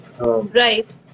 Right